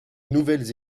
nouvelles